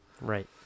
Right